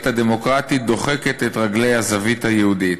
הדמוקרטית דוחקת את רגלי הזווית היהודית".